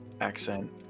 accent